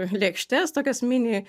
lėkštes tokios mini